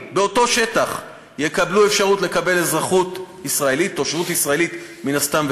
ואני מקווה שנקדם אותה